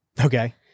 Okay